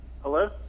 Hello